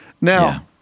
Now